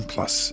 Plus